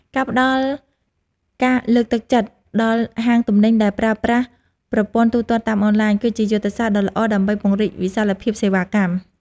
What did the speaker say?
ការផ្តល់ការលើកទឹកចិត្តដល់ហាងទំនិញដែលប្រើប្រាស់ប្រព័ន្ធទូទាត់តាមអនឡាញ គឺជាយុទ្ធសាស្ត្រដ៏ល្អដើម្បីពង្រីកវិសាលភាពសេវាកម្ម។